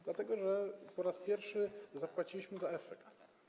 Dlatego, że po raz pierwszy zapłaciliśmy za efekt.